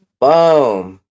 Boom